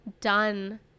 done